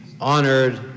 honored